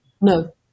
no